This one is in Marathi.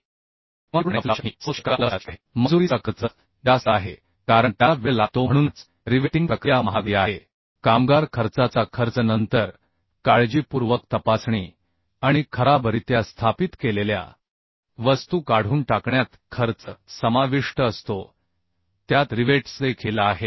किंवा ते पूर्णपणे तपासले जाऊ शकत नाही हे सर्व कुशल कामगार उपलब्ध असल्यास शक्य आहे मजुरीचा खर्च जास्त आहे कारण त्याला वेळ लागतो म्हणूनच रिवेटिंग प्रक्रिया महागडी आहे कामगार खर्चाचा खर्च नंतर काळजीपूर्वक तपासणी आणि खराबरित्या स्थापित केलेल्या वस्तू काढून टाकण्यात खर्च समाविष्ट असतो त्यात रिवेट्सदेखील आहेत